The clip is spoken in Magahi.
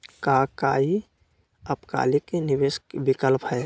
का काई अल्पकालिक निवेस विकल्प हई?